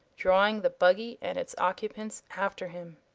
drawing the buggy and its occupants after him.